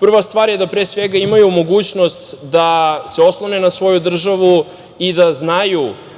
Prva stvar je da pre svega imaju mogućnost da se oslone na svoju državu i da znaju